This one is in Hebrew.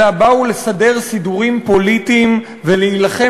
אלא באו לסדר סידורים פוליטיים ולהילחם